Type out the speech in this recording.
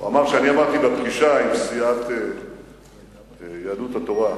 הוא אמר שאני אמרתי בפגישה עם סיעת יהדות התורה,